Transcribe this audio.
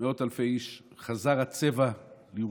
מאות אלפי איש, חזר הצבע לירושלים.